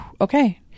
okay